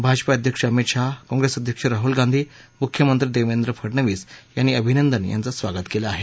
भाजपा अध्यक्ष अमित शाह काँग्रेस अध्यक्ष राहुल मुख्यमंत्री देवेंद्र फडणवीस यांनी अभिनंदन यांचं स्वागत केलं आहे